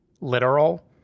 literal